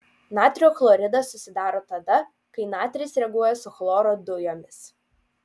natrio chloridas susidaro tada kai natris reaguoja su chloro dujomis